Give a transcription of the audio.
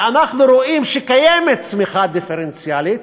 ואנחנו רואים שקיימת צמיחה דיפרנציאלית,